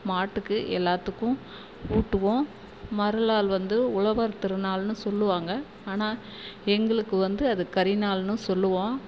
மாட்டுக்கு எல்லாத்துக்கும் ஊட்டுவோம் மறுநாள் வந்து உழவர் திருநாளுன்னு சொல்லுவாங்க ஆனால் எங்களுக்கு வந்து அது கரி நாளுன்னும் சொல்லுவோம்